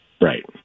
right